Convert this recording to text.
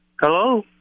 Hello